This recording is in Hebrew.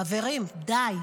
חברים, די.